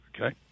okay